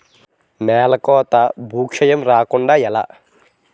నేలకోత భూక్షయం రాకుండ ఎలా?